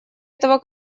этого